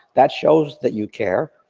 that shows that you care,